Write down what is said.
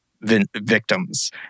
victims